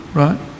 right